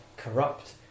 corrupt